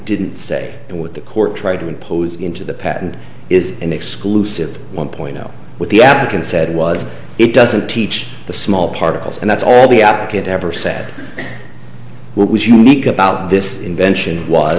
didn't say what the court tried to impose into the patent is an exclusive one point zero with the african said was it doesn't teach the small particles and that's all the op could ever said what was unique about this invention was